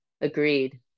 agreed